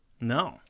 No